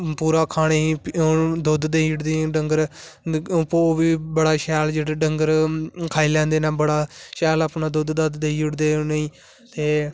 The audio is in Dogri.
पूरा खाने गी दुद्ध देई ओड़दे डंगर भो बी बड़ा शैल जेहडे़ डंगर खाई लेंदे ना बड़ा शैल अपना दुद्ध देई ओड़दे उनेंगी ते